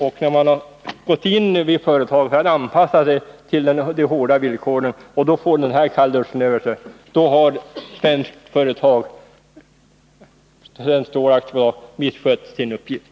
Och när de hade anpassat sig till de hårda villkoren fick de den här kallduschen över sig! Då har Svenskt Stål AB misskött sin uppgift.